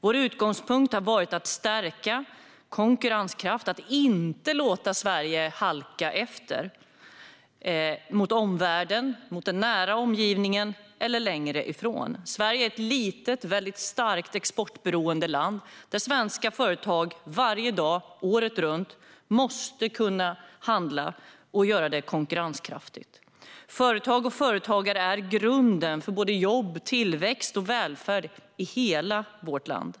Vår utgångspunkt har varit att stärka konkurrenskraften och att inte låta Sverige halka efter mot omvärlden, mot den nära omgivningen eller längre ifrån. Sverige är ett litet, starkt exportberoende land där svenska företag varje dag, året runt, måste kunna handla och göra det konkurrenskraftigt. Företag och företagare är grunden för både jobb, tillväxt och välfärd i hela vårt land.